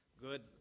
good